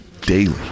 daily